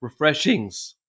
refreshings